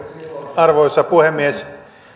arvoisa puhemies